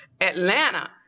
Atlanta